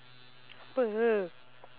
apa